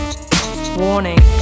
warning